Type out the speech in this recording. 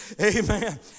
amen